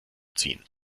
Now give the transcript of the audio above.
ziehen